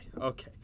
Okay